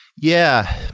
yeah.